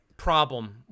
Problem